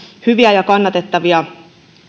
hyviä ja kannatettavia